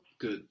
Good